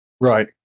Right